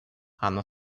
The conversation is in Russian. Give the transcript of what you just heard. оно